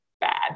bad